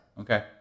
okay